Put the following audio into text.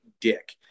dick